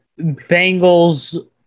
Bengals